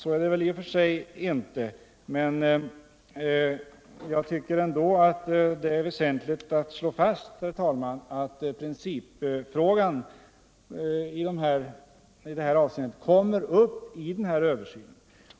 Så är det i och för sig inte, men jag tycker ändå det är väsentligt att slå fast, herr talman, att principfrågan i detta avseende kommer upp vid den här översynen.